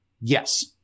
Yes